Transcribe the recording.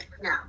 no